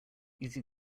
easy